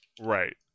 Right